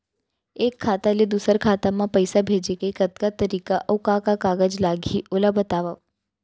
एक खाता ले दूसर खाता मा पइसा भेजे के कतका तरीका अऊ का का कागज लागही ओला बतावव?